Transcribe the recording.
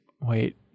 Wait